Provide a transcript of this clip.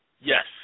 Yes